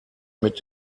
mit